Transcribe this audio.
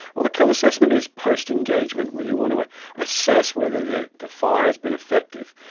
well, the kill assessment is post-engagement when you want to assess whether the the fire has been effective.